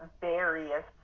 various